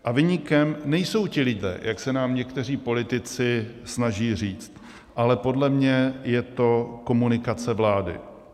A viníkem nejsou ti lidé, jak se nám někteří politici snaží říct, ale podle mě je to komunikace vlády.